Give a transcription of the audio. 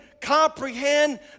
comprehend